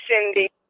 Cindy